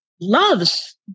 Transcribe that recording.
loves